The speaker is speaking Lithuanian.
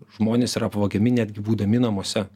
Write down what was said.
žmonės yra apvagiami netgi būdami namuose